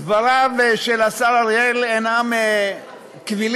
דבריו של השר אריאל אינם קבילים,